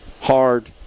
hard